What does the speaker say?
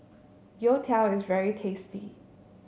Youtiao is very tasty